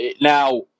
Now